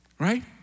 Right